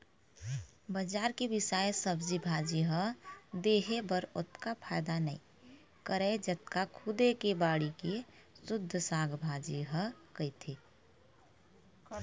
बजार के बिसाए सब्जी भाजी ह देहे बर ओतका फायदा नइ करय जतका खुदे के बाड़ी के सुद्ध साग भाजी ह करथे